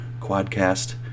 quadcast